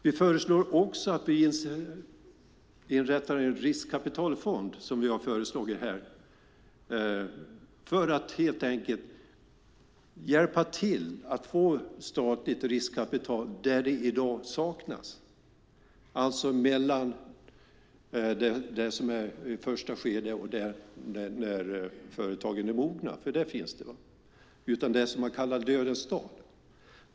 Vi föreslår att vi ska inrätta en riskkapitalfond för att helt enkelt hjälpa till att få statligt riskkapital där det i dag saknas. Det gäller alltså mellan det första skedet och det skede när företagen är mogna - för där finns det. Det är det som man kallar dödens dal.